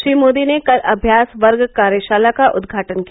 श्री मोदी ने कल अभ्यास वर्ग कार्यशाला का उदघाटन किया